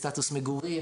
סטטוס מגורים,